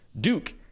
Duke